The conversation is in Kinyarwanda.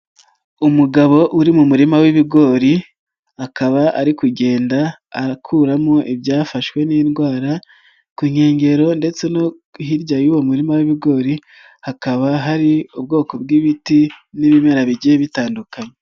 Umugabo uri mu murima w'ibigori akaba ari kugenda akuramo ibyafashwe n'indwara ku nkengero ndetse no hirya y'uwo muririma w'ibigori hakaba hari ubwoko bw'ibiti n'ibimera bigiye bitandukanye.